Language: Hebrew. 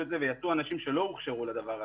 את זה ויצאו אנשים שלא הוכשרו לדבר הזה.